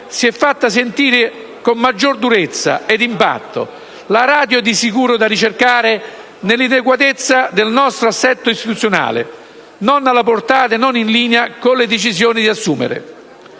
si è fatta sentire con maggiore durezza ed impatto, la *ratio* è di sicuro da ricercare nell'inadeguatezza del nostro assetto istituzionale, non alla portata e non in linea con le decisioni da assumere.